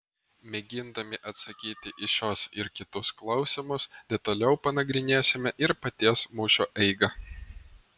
mėgindami atsakyti į šiuos ir kitus klausimus detaliau panagrinėsime ir paties mūšio eigą